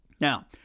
Now